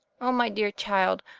oh, my dear child,